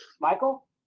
Michael